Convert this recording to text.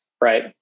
right